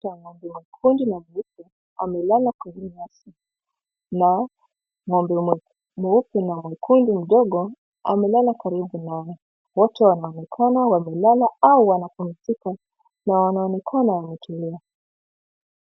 Ng'ombe wamelala kwenye nyasi, na ng'ombe mweupe na mwekundu mdogo amelala kwenye nyasi ndogo wote wanaonekana wamelala au wanapumzika na wanaonekana wametulia.